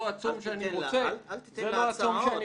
היום שאני רוצה --- אל תיתן לה הצעות.